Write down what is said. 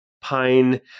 Pine